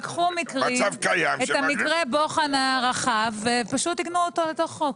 לקחו את מקרה הבוחן הרחב ופשוט עיגנו אותו לתוך חוק.